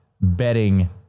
betting